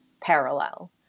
parallel